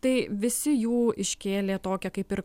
tai visi jų iškėlė tokią kaip ir